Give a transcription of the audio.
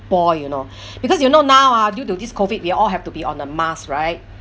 boil you know because you know now ah due to this COVID we all have to be on a mask right